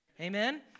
Amen